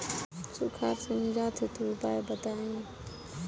सुखार से निजात हेतु उपाय बताई?